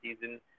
season